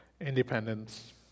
independence